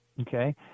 okay